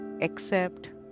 accept